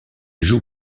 joue